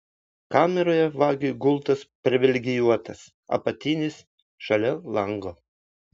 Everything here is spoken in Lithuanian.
kameroje vagiui gultas privilegijuotas apatinis šalia lango